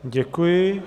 Děkuji.